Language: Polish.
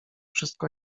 wszystko